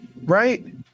right